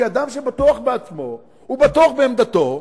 כי אדם שבטוח בעצמו ובטוח בעמדתו,